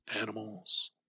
animals